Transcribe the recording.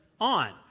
on